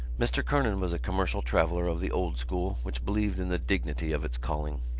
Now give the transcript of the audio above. mr. kernan was a commercial traveller of the old school which believed in the dignity of its calling.